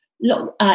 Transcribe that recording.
Look